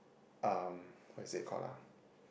um what is it called ah